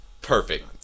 Perfect